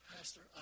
Pastor